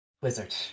wizard